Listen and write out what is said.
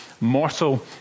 mortal